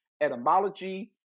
etymology